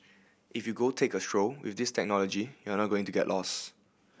if you go take a stroll with this technology you're not going to get lost